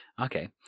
Okay